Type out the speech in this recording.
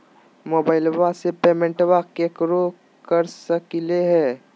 मोबाइलबा से पेमेंटबा केकरो कर सकलिए है?